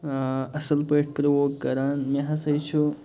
ٲں اصٕل پٲٹھۍ پرٛووک کران مےٚ ہسا چھُ